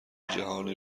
جهانی